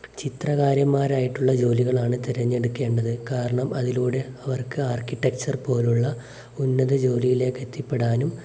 ചിത്രകാരന്മാരായിട്ടുള്ള ജോലികളാണ് തിരഞ്ഞെടുക്കേണ്ടത് കാരണം അതിലൂടെ അവർക്ക് ആർക്കിടെക്ചർ പോലുള്ള ഉന്നത ജോലിയിലേക്കെത്തിപ്പെടാനും